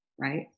right